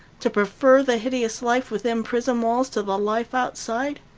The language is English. to prefer the hideous life within prison walls to the life outside?